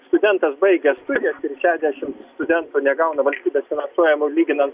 studentas baigęs studijas ir šešiasdešim studentų negauna valstybės finansuojamų lyginant